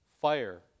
fire